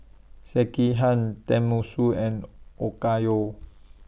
Sekihan Tenmusu and Okayu